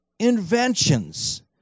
Inventions